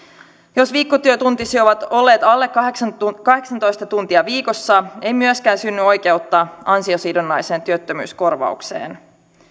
jos viikkotyötuntisi ovat olleet alle kahdeksantoista kahdeksantoista tuntia viikossa ei myöskään synny oikeutta ansiosidonnaiseen työttömyyskorvaukseen